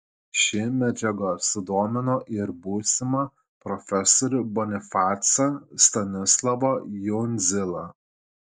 ši medžiaga sudomino ir būsimą profesorių bonifacą stanislovą jundzilą